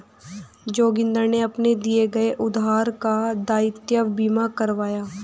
जोगिंदर ने अपने दिए गए उधार का दायित्व बीमा करवाया